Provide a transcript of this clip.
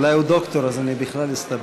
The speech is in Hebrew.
אולי הוא דוקטור, אז אני בכלל אסתבך.